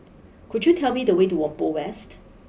could you tell me the way to Whampoa West